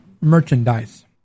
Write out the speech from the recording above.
merchandise